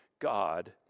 God